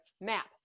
map